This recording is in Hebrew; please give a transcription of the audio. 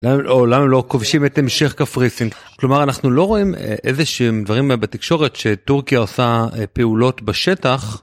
למה הם לא כובשים את המשך קפריסין? כלומר אנחנו לא רואים איזה שהם דברים בתקשורת שטורקיה עושה פעולות בשטח.